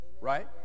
right